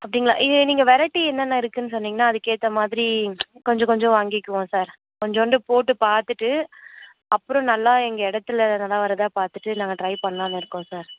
அப்படிங்களா இதில் நீங்கள் வெரைட்டி என்னென்ன இருக்குதுன்னு சொன்னீங்கன்னால் அதுக்கேற்றமாதிரி கொஞ்சம் கொஞ்சம் வாங்கிக்குவோம் சார் கொஞ்சண்டு போட்டு பார்த்துட்டு அப்புறம் நல்லா எங்கள் இடத்துல நல்லா வருதான்னு பார்த்துட்டு நாங்கள் ட்ரை பண்ணலாம்ன்னு இருக்கோம் சார்